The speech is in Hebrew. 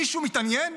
מישהו מתעניין?